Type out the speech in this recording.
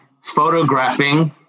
Photographing